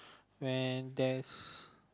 when there's